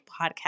Podcast